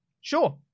Sure